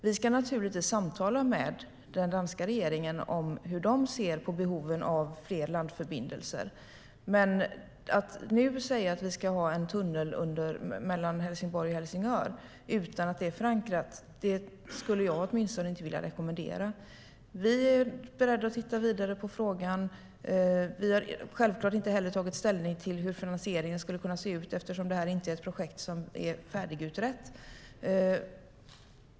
Vi ska naturligtvis samtala med den danska regeringen om hur de ser på behovet av fler landförbindelser. Men att nu säga att vi ska ha en tunnel mellan Helsingborg och Helsingör utan att det är förankrat, det skulle jag åtminstone inte vilja rekommendera. Vi är beredda att titta vidare på frågan. Vi har självklart heller inte tagit ställning till hur finansieringen skulle kunna se ut eftersom det här inte är ett projekt som är färdigutrett.